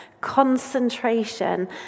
concentration